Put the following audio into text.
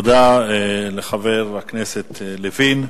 תודה לחבר הכנסת לוין.